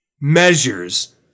measures